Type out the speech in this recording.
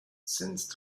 since